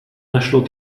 našlo